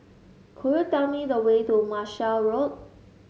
could you tell me the way to Marshall Road